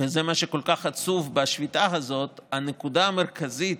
וזה מה שכל כך עצוב בשביתה הזאת, הנקודה המרכזית